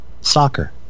soccer